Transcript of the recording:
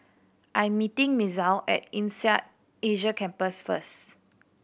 I am meeting Misael at INSEAD Asia Campus first